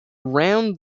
round